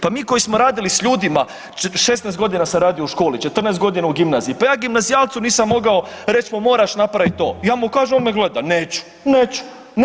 Pa mi koji smo radili s ljudima, 16 g. sam radio u školi, 14 g. u gimnaziji, pa ja gimnazijalcu nisam mogao reć „pa moraš napravit to“, ja mu kažem, one me gleda, „neću, neću“